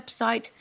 website